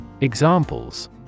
Examples